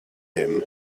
him